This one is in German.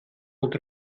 unter